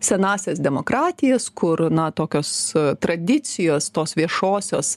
senąsias demokratijas kur na tokios tradicijos tos viešosios